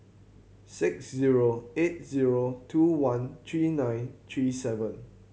six zero eight zero two one three nine three seven